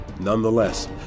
Nonetheless